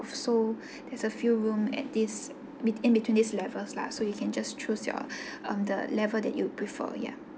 so there's a few room at this in between these levels lah so you can just choose your um the level that you prefer ya